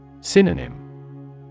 Synonym